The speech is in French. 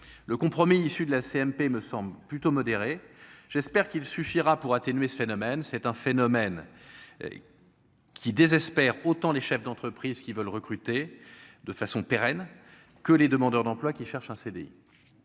le compromis issu de la CMP me semble plutôt modérée, j'espère qu'il suffira pour atténuer ce phénomène, c'est un phénomène qui désespère autant les chefs d'entreprises qui veulent recruter de façon pérenne que les demandeurs d'emploi qui cherche un CDI,